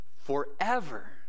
Forever